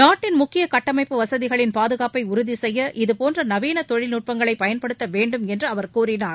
நாட்டின் முக்கிய கட்டமைப்பு வசதிகளின் பாதுகாப்பை உறுதி செய்ய இதுபோன்ற நவீன தொழில்நுட்பங்களை பயன்படுத்த வேண்டும் என்று அவர் கூறினார்